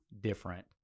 different